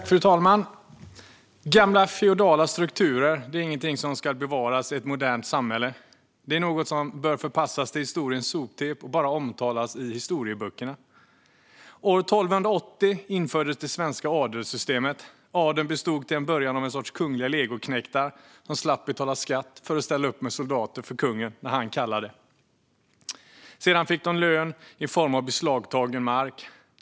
Fru talman! Gamla feodala strukturer är inget som ska bevaras i ett modernt samhälle. Det är något som bör förpassas till historiens soptipp och bara omtalas i historieböckerna. År 1280 infördes det svenska adelssystemet. Adeln bestod till en början av en sorts kungliga legoknektar som slapp betala skatt för att de ställde upp med soldater till kungen när han kallade. Sedan fick de lön i form av beslagtagen mark.